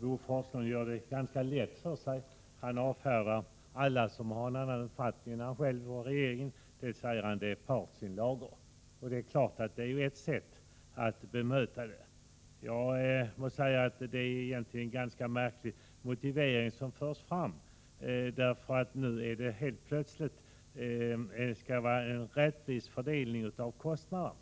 Bo Forslund gör det ganska lätt för sig, när han avfärdar alla som har en annan uppfattning än han själv och regeringen. Det är partsinlagor, säger han. Det är ett enkelt men ganska svagt sätt att bemöta en motståndare. Jag må säga att det är en egentligen ganska märklig motivering som förs fram. Nu skall det helt plötsligt vara en rättvis fördelning av kostnaderna.